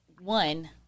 one